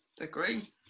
agree